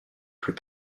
plus